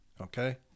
okay